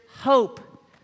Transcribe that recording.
hope